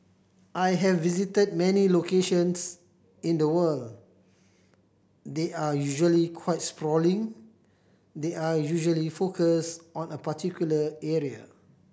I have visited many locations in the world they're usually quite sprawling they're usually focused on a particular area